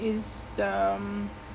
it's um